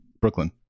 Brooklyn